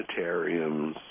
planetariums